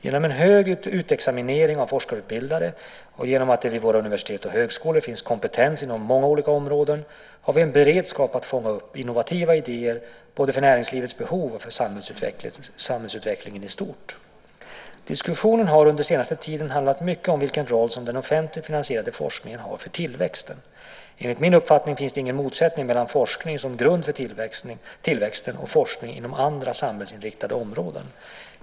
Genom en hög utexaminering av forskarutbildade och genom att det vid våra universitet och högskolor finns kompetens inom många olika områden har vi en beredskap att fånga upp innovativa idéer både för näringslivets behov och för samhällsutvecklingen i stort. Diskussionen har under den senaste tiden handlat mycket om vilken roll som den offentligt finansierade forskningen har för tillväxten. Enligt min uppfattning finns det ingen motsättning mellan forskning som grund för tillväxten och forskning inom andra samhällsinriktade områden.